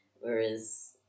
Whereas